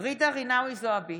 ג'ידא רינאוי זועבי,